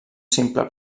simple